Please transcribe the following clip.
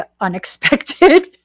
unexpected